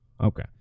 Okay